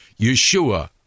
yeshua